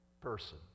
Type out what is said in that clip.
person